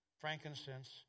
frankincense